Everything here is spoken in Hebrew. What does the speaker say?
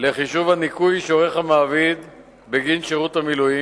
לחישוב הניכוי שהמעביד עורך בגין שירות המילואים.